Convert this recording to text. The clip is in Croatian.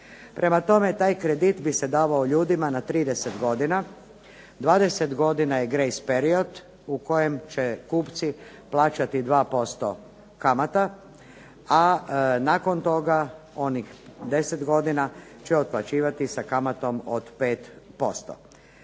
Prema tome, taj kredit bi se davao ljudima na 30 godina. 20 godina je greis period u kojem će kupci plaćati 2% kamata a nakon toga onih 10 godina će otplaćivati sa kamatom od 5%.